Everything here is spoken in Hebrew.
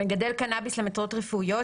המגדל קנאביס למטרות רפואיות,